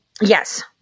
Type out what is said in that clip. Yes